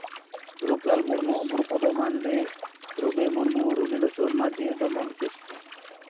Ruplal Murmu Gurupada Mandi Rubi Murmu Robilochan Majhi Doman Kisku